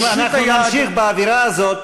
אם אנחנו נמשיך באווירה הזאת,